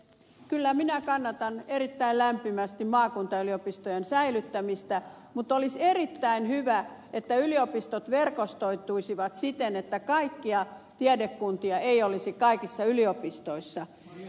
kyllä minä kannatan erittäin lämpimästi maakuntayliopistojen säilyttämistä mutta olisi erittäin hyvä että yliopistot verkostoituisivat siten että kaikkia tiedekuntia ei olisi kaikissa yliopistoissa